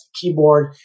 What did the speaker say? keyboard